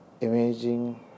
imaging